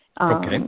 Okay